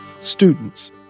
Students